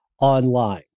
online